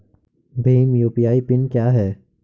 Bhim UPI PIN क्या है?